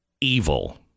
evil